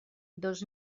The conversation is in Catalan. dos